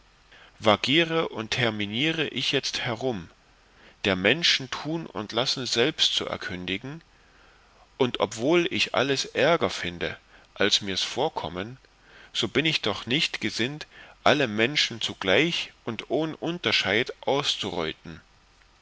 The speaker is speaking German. und terminiere ich jetzt herum der menschen tun und lassen selbst zu erkündigen und obwohl ich alles ärger finde als mirs vorkommen so bin ich doch nicht gesinnt alle menschen zugleich und ohn unterscheid auszureuten